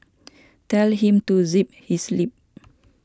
tell him to zip his lip